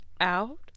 out